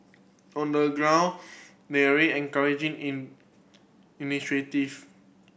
on the ground Mary encouraging in initiative